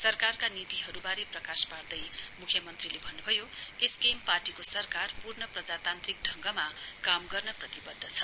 सरकारका नीतिहरूबारे प्रकाश पार्दै म्ख्यमन्त्रीले भन्न्भयो एसकेएम पार्टीको सरकार पूर्ण प्रजातान्त्रिक ढङ्गमा काम गर्न प्रतिबद्ध छ